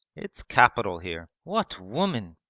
it's capital here. what women!